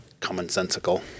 commonsensical